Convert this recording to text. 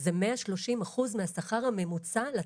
זה 130 אחוז מהשכר הממוצע לתפקיד.